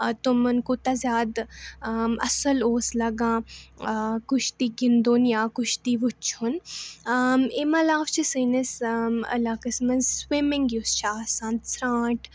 تِمَن کوٗتاہ زیادٕ اَصٕل اوس لَگان کُشتی گِنٛدُن یا کُشتی وُچھُن اَمہِ علاوٕ چھِ سٲنِس علاقَس منٛز سُوِمِنٛگ یُس چھِ آسان ژرٛانٛٹھ